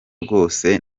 rwose